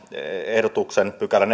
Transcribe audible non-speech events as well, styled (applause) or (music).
ehdotuksen neljäskymmenesseitsemäs pykälä (unintelligible)